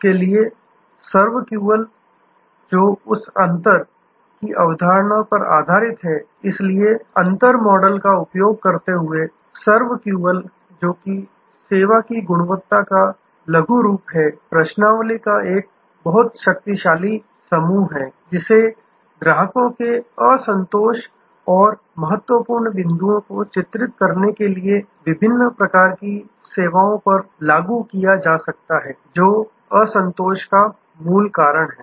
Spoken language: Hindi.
इसलिए सर्वक्यूवल जो उस अंतर GAP गैप की अवधारणा पर आधारित है इसलिए अंतर मॉडल का उपयोग करते हुए सर्वक्यूवल जो कि सेवा की गुणवत्ता का लघुरूप है प्रश्नावली का एक बहुत शक्तिशाली समूह है जिसे ग्राहकों के असंतोष और महत्वपूर्ण बिंदुओ को चित्रित करने के लिए विभिन्न प्रकार की सेवाओं पर लागू किया जा सकता है जो की असंतोष का मूल कारण है